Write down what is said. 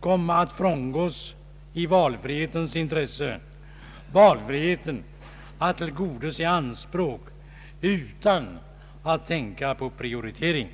komma att frångås i valfrihetens intresse — valfriheten att tillgodose anspråk utan att tänka på prioritering.